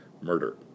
murder